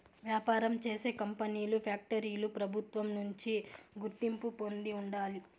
వ్యాపారం చేసే కంపెనీలు ఫ్యాక్టరీలు ప్రభుత్వం నుంచి గుర్తింపు పొంది ఉండాలి